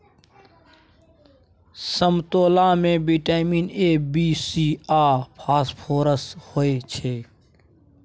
समतोला मे vitamin A, B, C आ फास्फोरस होइ छै